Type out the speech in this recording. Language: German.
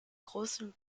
großen